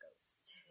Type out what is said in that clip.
ghost